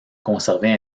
conserver